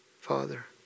Father